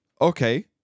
okay